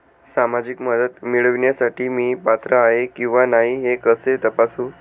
सामाजिक मदत मिळविण्यासाठी मी पात्र आहे किंवा नाही हे कसे तपासू?